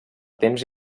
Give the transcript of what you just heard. temps